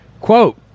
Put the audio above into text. Quote